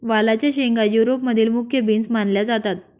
वालाच्या शेंगा युरोप मधील मुख्य बीन्स मानल्या जातात